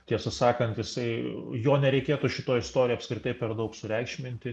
tiesą sakant jisai jo nereikėtų šitoj istorijoj apskritai per daug sureikšminti